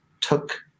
took